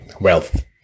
wealth